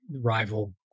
rival